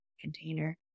container